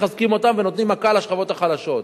מחזקים אותם ונותנים מכה לשכבות החלשות.